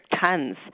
tons